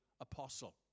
apostle